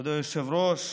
כבוד היושב-ראש,